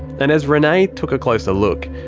and as renay took a closer look,